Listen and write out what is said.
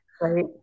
right